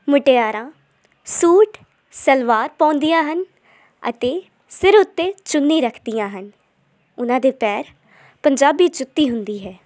ਮੁਟਿਆਰਾਂ ਸੂਟ ਸਲਵਾਰ ਪਾਉਂਦੀਆਂ ਹਨ ਅਤੇ ਸਿਰ ਉੱਤੇ ਚੁੰਨੀ ਰੱਖਦੀਆਂ ਹਨ ਉਹਨਾਂ ਦੇ ਪੈਰ ਪੰਜਾਬੀ ਜੁੱਤੀ ਹੁੰਦੀ ਹੈ